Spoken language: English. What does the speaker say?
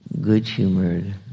good-humored